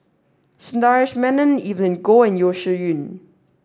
Sundaresh Menon Evelyn Goh and Yeo Shih Yun